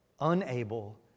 unable